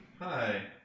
Hi